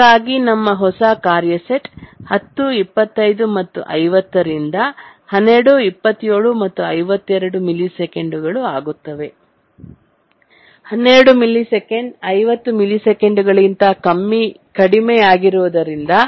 ಹೀಗಾಗಿ ನಮ್ಮ ಹೊಸ ಕಾರ್ಯ ಸೆಟ್ 10 25 ಮತ್ತು 50 ರಿಂದ 12 27 ಮತ್ತು 52 ಮಿಲಿಸೆಕೆಂಡು ಆಗುತ್ತದೆ 12 ಮಿಲಿಸೆಕೆಂಡ್ 50 ಮಿಲಿಸೆಕೆಂಡುಗಳಿಗಿಂತ ಕಡಿಮೆಯಿರುವುದರಿಂದ